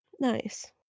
Nice